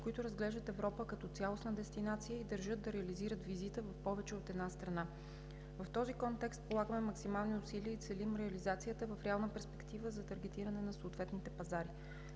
които разглеждат Европа като цялостна дестинация и държат да реализират визита в повече от една страна. В този контекст полагаме максимални усилия и целим реализацията в реална перспектива за таргетиране на съответните пазари.